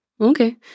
okay